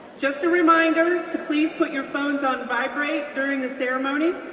just a reminder to please put your phones on vibrate during the ceremony.